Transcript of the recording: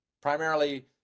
Primarily